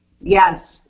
Yes